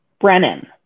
Brennan